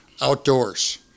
outdoors